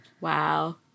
Wow